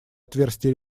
отверстия